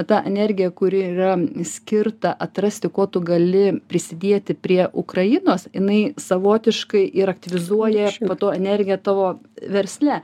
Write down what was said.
ta energija kuri yra skirta atrasti kuo tu gali prisidėti prie ukrainos jinai savotiškai ir aktyvizuoja po to energiją tavo versle